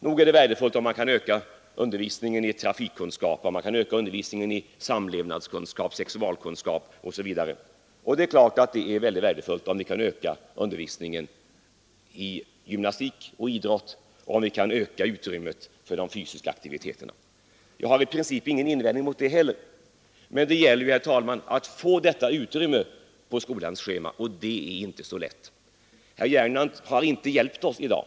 Nog är det värdefullt om man kan öka undervisningen i trafikkunskap, samlevnadskunskap, <nykterhetskunskap, konsumentkunskap, sexualkunskap osv. Det är klart att det är värdefullt om vi kan öka undervisningen i gymnastik och idrott. Jag har i princip ingen invändning mot det heller. Men det gäller ju, herr talman, att få utrymme för detta på skolans schema, och det är inte så lätt. Herr Gernandt har inte hjälpt oss i dag.